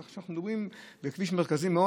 כך שאנחנו מדברים על כביש מרכזי מאוד.